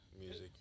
music